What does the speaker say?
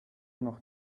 noch